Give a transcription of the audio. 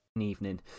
Evening